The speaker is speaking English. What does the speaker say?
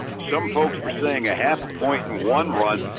some folks were saying a half a point in one run.